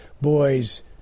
boys